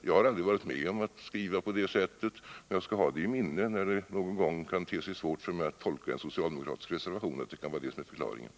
Jag har aldrig varit med om att skriva på det sättet, men när det någon gång kan te sig svårt för mig att tolka en socialdemokratisk reservation, skall jag ha i minnet att detta kan vara förklaringen.